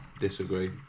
disagree